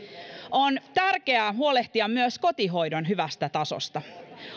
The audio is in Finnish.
on tärkeää huolehtia myös kotihoidon hyvästä tasosta